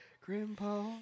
Grandpa